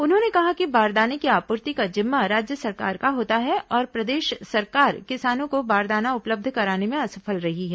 उन्होंने कहा कि बारदाने की आपूर्ति का जिम्मा राज्य सरकार का होता है और प्रदेश सरकार किसानों को बारदाना उपलब्ध कराने में असफल रही है